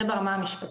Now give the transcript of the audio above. זה ברמה המשפטית.